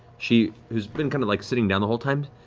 she, who's been kind of like sitting down the whole time,